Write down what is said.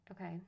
Okay